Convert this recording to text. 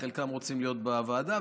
חלקם רוצים להיות בוועדה,